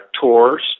tours